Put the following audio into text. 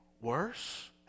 worse